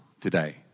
today